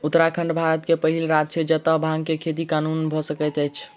उत्तराखंड भारत के पहिल राज्य छै जतअ भांग के खेती कानूनन भअ सकैत अछि